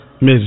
Miss